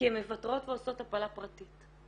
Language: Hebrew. כי הן מוותרות ועושות הפלה פרטית.